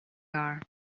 are